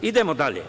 Idemo dalje.